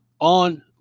on